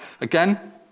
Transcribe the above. Again